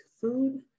food